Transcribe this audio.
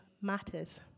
matters